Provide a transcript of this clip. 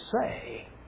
say